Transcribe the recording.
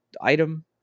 item